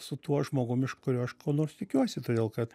su tuo žmogum iš kurio aš ko nors tikiuosi todėl kad